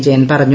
വിജയൻ പറഞ്ഞു